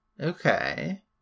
Okay